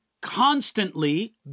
constantly